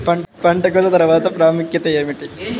పంట కోత తర్వాత ప్రాముఖ్యత ఏమిటీ?